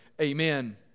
Amen